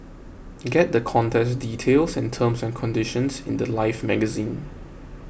get the contest details and terms and conditions in the Life magazine